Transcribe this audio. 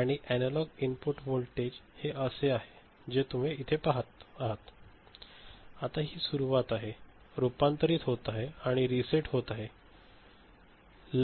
आणि analog input voltage हे असे आहे जे तुम्ही इथे पहात आहात आता हि सुरुवात आहे रूपांतरित होत आहे आणि ते रीसेट होत आहे